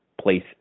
place